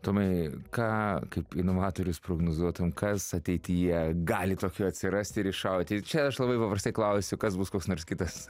tomai ką kaip inovatorius prognozuotum kas ateityje gali tokio atsirasti ir iššauti čia aš labai paprastai klausiu kas bus koks nors kitas